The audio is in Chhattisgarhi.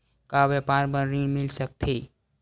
का व्यापार बर ऋण मिल सकथे?